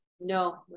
No